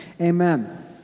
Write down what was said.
amen